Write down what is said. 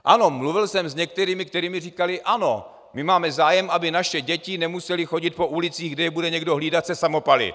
Ano, mluvil jsem s některými, kteří mi říkali: Ano, máme zájem, aby naše děti nemusely chodit po ulicích, kde je bude někdo hlídat se samopaly.